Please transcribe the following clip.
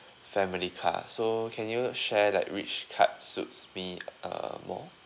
family car so can you share like which card suits me err more